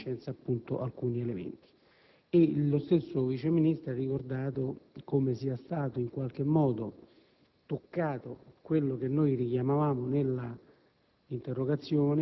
portare a conoscenza alcuni elementi. La stessa Vice ministro ha ricordato come si sia in qualche caso verificato quello che noi richiamavamo nella